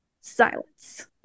silence